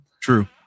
true